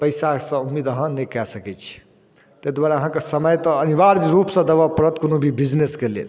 तऽ पैसासँ उम्मीद अहाँ नहि कए सकै छी तै दुआरे अहाँके समय तऽ अनिवार्य रूपसँ देबऽ पड़त कोनो भी बिजनेसके लेल